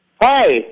Hi